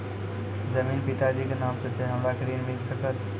जमीन पिता जी के नाम से छै हमरा के ऋण मिल सकत?